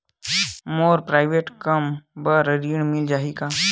मोर private कम बर ऋण मिल जाही का?